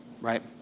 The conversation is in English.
Right